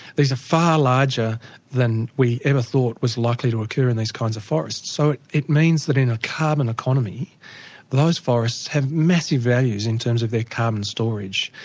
these are far larger than we ever thought was likely to occur in these kinds of forests. so it means that in a carbon economy those forests have massive values in terms of their carbon storage,